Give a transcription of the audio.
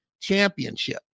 championship